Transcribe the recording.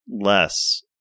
less